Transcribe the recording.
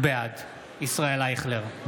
בעד ישראל אייכלר,